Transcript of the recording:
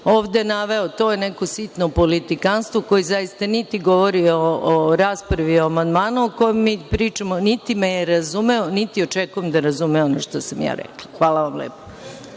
ovde naveo, to je neko sitno politikanstvo koje zaista niti govori o raspravi o amandmanu o kojem mi pričamo, niti me je razumeo, niti očekujem da razume ono što sam ja rekla. Hvala lepo.